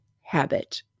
habit